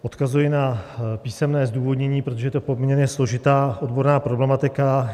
Odkazuji na písemné zdůvodnění, protože je to poměrně složitá odborná problematika.